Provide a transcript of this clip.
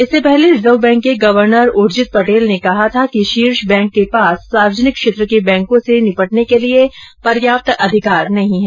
इससे पहले reserve bank के गवर्नर उर्जित पटेल ने कहा था कि शीर्ष बैंक के पास सार्वजनिक क्षेत्र के बैंकों से निपटने के लिए पर्याप्त अधिकार नहीं हैं